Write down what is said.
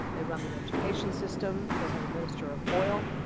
they run the education system. they have a minister of oil.